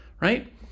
right